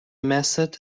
method